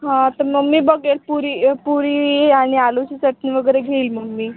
हां तर मग मी बघेन पुरी पुरी आणि आलूची चटणी वगैरे घेईल मग मी